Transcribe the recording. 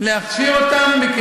למה להכשיר אותם?